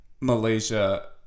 Malaysia